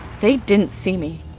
they didn't see me.